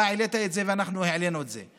אתה העלית את זה ואנחנו העלינו את זה.